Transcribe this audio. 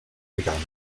ligands